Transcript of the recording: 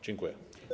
Dziękuję.